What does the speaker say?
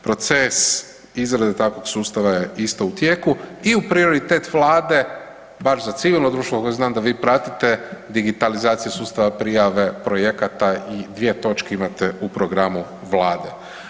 Proces izrade takvog sustava je isto u tijeku i u prioritet vlade bar za civilno društvo koje znam da vi pratite digitalizacija sustava prijave projekata i dvije točke imate u programu vlade.